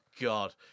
God